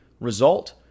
result